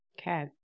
Okay